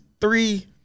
three